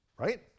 right